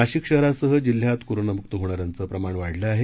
नाशिक शहरासह जिल्ह्यात कोरोनामुक्त होणाऱ्यांचं प्रमाण वाढलं आहे